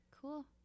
Cool